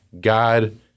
God